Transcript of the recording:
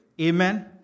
Amen